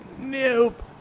Nope